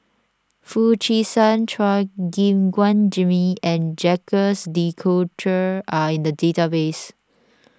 Foo Chee San Chua Gim Guan Jimmy and Jacques De Coutre are in the database